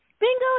Bingo